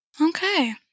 Okay